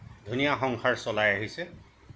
ধুনীয়া সংসাৰ চলাই আহিছে